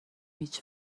هیچ